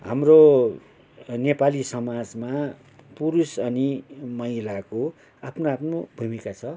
हाम्रो नेपाली समाजमा पुरुष अनि महिलाको आफ्नो आफ्नो भूमिका छ